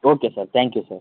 okay sir thank you sir